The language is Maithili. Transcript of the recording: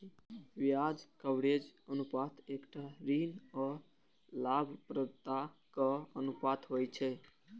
ब्याज कवरेज अनुपात एकटा ऋण आ लाभप्रदताक अनुपात होइ छै